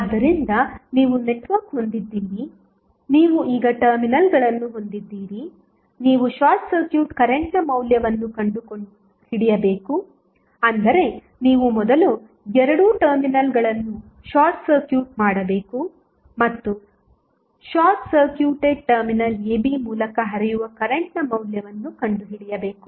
ಆದ್ದರಿಂದ ನೀವು ನೆಟ್ವರ್ಕ್ ಹೊಂದಿದ್ದೀರಿ ನೀವು ಈಗ ಟರ್ಮಿನಲ್ಗಳನ್ನು ಹೊಂದಿದ್ದೀರಿ ನೀವು ಶಾರ್ಟ್ ಸರ್ಕ್ಯೂಟ್ ಕರೆಂಟ್ನ ಮೌಲ್ಯವನ್ನು ಕಂಡುಹಿಡಿಯಬೇಕು ಅಂದರೆ ನೀವು ಮೊದಲು ಎರಡೂ ಟರ್ಮಿನಲ್ಗಳನ್ನು ಶಾರ್ಟ್ ಸರ್ಕ್ಯೂಟ್ ಮಾಡಬೇಕು ಮತ್ತು ಶಾರ್ಟ್ ಸರ್ಕ್ಯೂಟೆಡ್ ಟರ್ಮಿನಲ್ ab ಮೂಲಕ ಹರಿಯುವ ಕರೆಂಟ್ನ ಮೌಲ್ಯವನ್ನು ಕಂಡುಹಿಡಿಯಬೇಕು